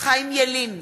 חיים ילין,